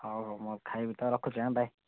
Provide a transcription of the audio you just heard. ହଉ ହଉ ମୁଁ ଖାଇବି ତ ରଖୁଛି ବାଏ